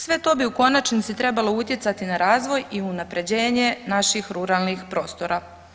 Sve to bi u konačnici trebalo utjecati na razvoj i unapređenje naših ruralnih prostora.